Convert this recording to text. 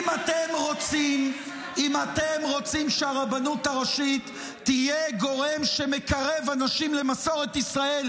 אם אתם רוצים שהרבנות הראשית תהיה גורם שמקרב אנשים למסורת ישראל,